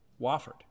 Wofford